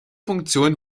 funktion